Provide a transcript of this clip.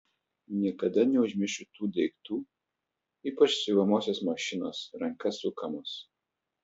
niekada neužmiršiu tų daiktų ypač siuvamosios mašinos ranka sukamos